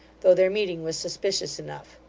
though their meeting was suspicious enough.